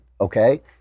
okay